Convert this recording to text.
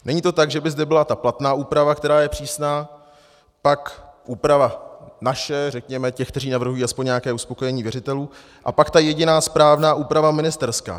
Není to tak, že by zde byla ta platná úprava, která je přísná, tak úprava naše, řekněme těch, kteří navrhují aspoň nějaké uspokojení věřitelů, a pak ta jediná správná úprava ministerská.